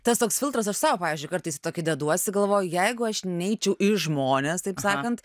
tas toks filtras aš sau pavyzdžiui kartais jį tokį deduosi galvoju jeigu aš neičiau į žmones taip sakant